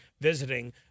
visiting